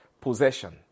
possession